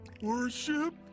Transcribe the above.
Worship